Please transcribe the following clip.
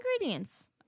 ingredients